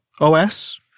OS